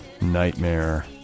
nightmare